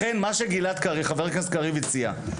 לכן מה שגלעד קריא חבר הכנסת קריב הציע,